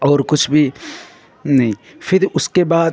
और कुछ भी नहीं फिर उसके बाद